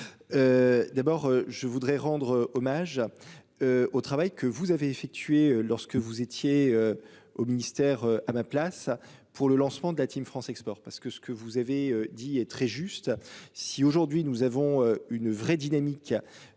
D'abord je voudrais rendre hommage. Au travail que vous avez effectué, lorsque vous étiez. Au ministère, à ma place pour le lancement de la Team France Export parce que ce que vous avez dit est très juste. Si aujourd'hui nous avons une vraie dynamique.